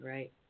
Right